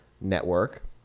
network